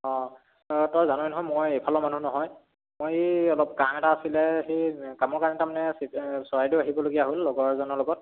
অঁ অঁ তই জানই নহয় মই এইফালৰ মানুহ নহয় মই এই অলপ কাম এটা আছিলে সেই কামৰ কাৰণে তাৰমানে চিত চৰাইদেউ আহিবলগীয়া হ'ল লগৰ এজনৰ লগত